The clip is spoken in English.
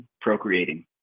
procreating